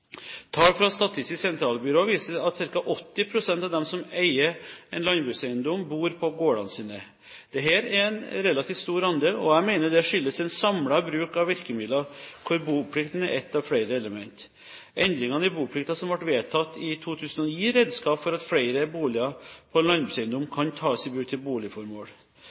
Tall fra Statistisk sentralbyrå viser at ca. 80 pst. av dem som eier en landbrukseiendom, bor på gårdene sine. Dette er en relativt stor andel, og jeg mener det skyldes en samlet bruk av virkemidler, der boplikten er ett av flere elementer. Endringene i boplikten som ble vedtatt i 2009, gir redskap for at flere boliger på en landbrukseiendom kan tas i bruk til boligformål.